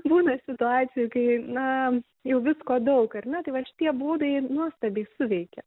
būna situacijų kai na jau visko daug ar ne tai vat šitie būdai nuostabiai suveikia